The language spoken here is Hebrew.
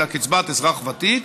אלא קצבת אזרח ותיק.